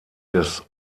des